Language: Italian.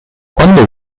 quando